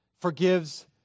forgives